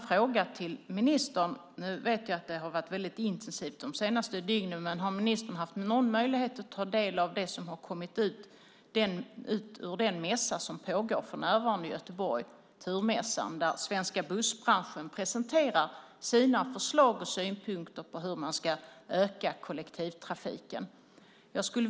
Jag vet att det har varit intensivt de senaste dygnen, men har ministern haft någon möjlighet att ta del av det som kommit fram på den mässa som för närvarande pågår i Göteborg? Det är Turmässan där den svenska bussbranschen presenterar sina förslag och synpunkter på hur man ska öka kollektivtrafiken.